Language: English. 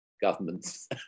governments